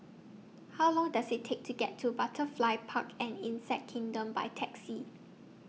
How Long Does IT Take to get to Butterfly Park and Insect Kingdom By Taxi